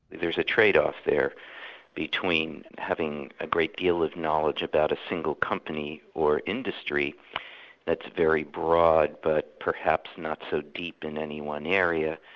there's a trade-off there between having a great deal of knowledge about a single company or industry that's very broad but perhaps not so deep in any one area,